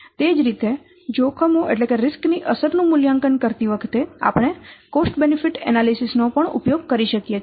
તેથી તે જ રીતે જોખમો ની અસર નું મૂલ્યાંકન કરતી વખતે આપણે કોસ્ટ બેનિફીટ એનાલિસીસ નો પણ ઉપયોગ કરી શકીએ છીએ